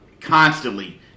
constantly